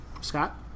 Scott